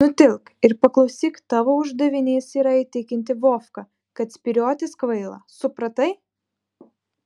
nutilk ir paklausyk tavo uždavinys yra įtikinti vovką kad spyriotis kvaila supratai